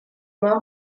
mor